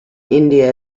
india